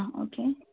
അ okay